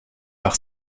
par